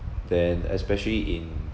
then especially in